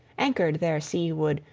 anchored their sea-wood,